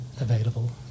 available